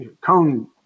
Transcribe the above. Cone